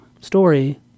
story